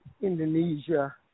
Indonesia